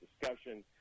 discussion